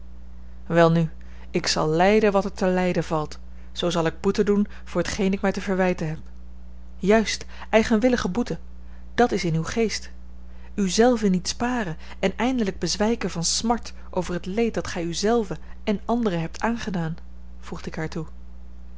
welnu ik zal lijden wat er te lijden valt zoo zal ik boete doen voor t geen ik mij te verwijten heb juist eigenwillige boete dat is in uw geest u zelve niet sparen en eindelijk bezwijken van smart over het leed dat gij u zelve en anderen hebt aangedaan voegde ik haar toe